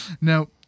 No